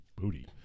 Booty